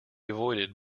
avoided